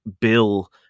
bill